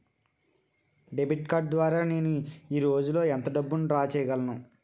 Debit card ద్వారా నేను రోజు లో ఎంత డబ్బును డ్రా చేయగలను?